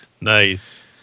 Nice